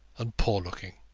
and poor-looking.